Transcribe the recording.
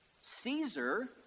Caesar